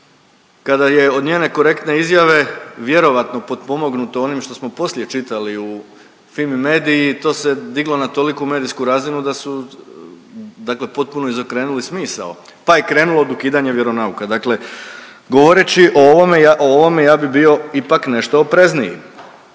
kada je od njene korektne izjave vjerojatno potpomognuto onim što smo poslije čitali u Fimi Media-i, to se diglo na toliku medijsku razinu da su dakle potpuno izokrenuli smisao, pa je krenulo dokidanje vjeronauka. Dakle govoreći o ovome ja, o ovome ja bi bio ipak nešto oprezniji,